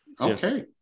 Okay